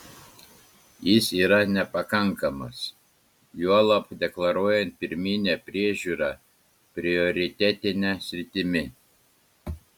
jis yra nepakankamas juolab deklaruojant pirminę priežiūrą prioritetine sritimi